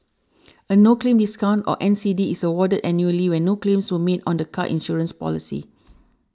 a no claim discount or N C D is awarded annually when no claims were made on the car insurance policy